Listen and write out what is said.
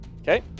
Okay